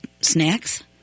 snacks